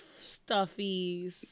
stuffies